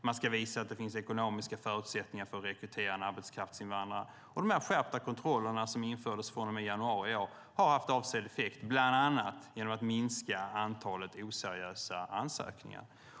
De ska visa att det finns ekonomiska förutsättningar för att rekrytera en arbetskraftsinvandrare. Dessa skärpta kontroller som infördes från och med januari i år har haft avsedd effekt, bland annat genom att minska antalet oseriösa ansökningar.